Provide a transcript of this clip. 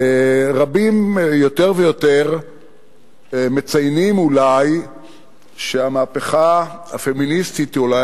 רבים יותר ויותר מציינים אולי שהמהפכה הפמיניסטית היא אולי